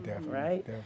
right